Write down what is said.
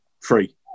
free